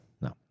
No